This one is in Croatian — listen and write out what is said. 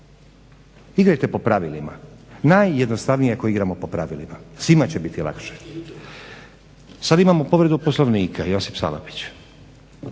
Igrajte po pravilima. Najjednostavnije je ako igramo po pravilima. Svima će biti lakše. Sad imamo povredu Poslovnika, Josip Salapić.